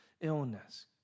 illness